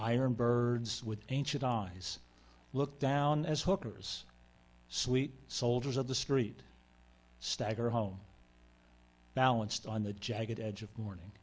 iron birds with ancient i look down as hookers sweet soldiers of the street stagger home balanced on the jagged edge of morning